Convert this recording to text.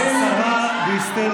אין לנו, השרה דיסטל